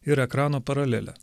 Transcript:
ir ekrano paralelę